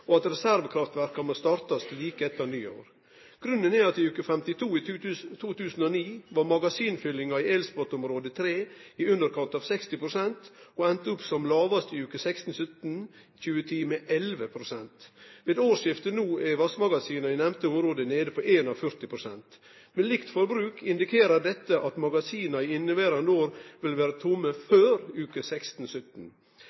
og at reservekraftverka må startast like etter nyttår. Grunnen er at i veke 52 i 2009 var magasinfyllinga i elspotområde 3 i underkant av 60 pst. og enda opp som lågast i veke 16–17 i 2010 med 11 pst. Ved årsskiftet no er vassmagasina i nemnde område nede på 41 pst. Med likt forbruk indikerer dette at magasina i inneverande år vil vere tomme